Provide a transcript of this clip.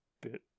bit